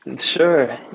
Sure